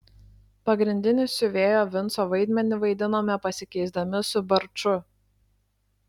pagrindinį siuvėjo vinco vaidmenį vaidinome pasikeisdami su barču